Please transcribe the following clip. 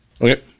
Okay